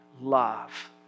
love